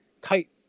tight